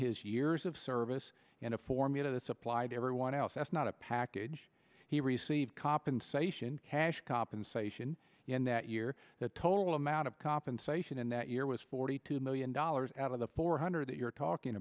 his years of service and a formula that's applied to everyone else that's not a package he received compensation cash compensation in that year the total amount of compensation in that year was forty two million dollars out of the four hundred that you're talking